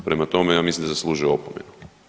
Prema tome, ja mislim da zaslužuje opomenu.